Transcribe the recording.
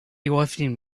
often